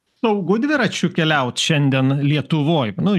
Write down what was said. saugu dviračiu keliaut šiandien lietuvoj nu